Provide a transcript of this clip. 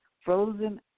frozen